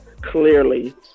clearly